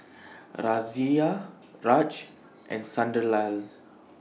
Razia Raj and Sunderlal